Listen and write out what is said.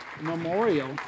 Memorial